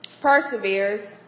perseveres